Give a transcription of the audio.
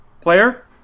player